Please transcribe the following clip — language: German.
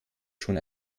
schon